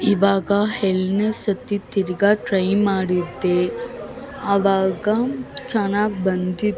ಇವಾಗ ಎಲ್ಡನೇ ಸತಿ ತಿರುಗಾ ಟ್ರೈ ಮಾಡಿದ್ದೆ ಅವಾಗ ಚೆನ್ನಾಗಿ ಬಂದಿತ್ತು